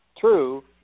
true